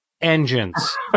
engines